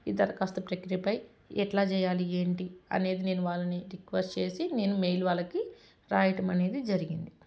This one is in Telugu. ఈ దరఖాస్తు ప్రక్రియపై ఎలా చేయాలి ఏంటి అనేది నేను వాళ్ళని రిక్వెస్ట్ చేసి నేను మెయిల్ వాళ్ళకి రాయటం అనేది జరిగింది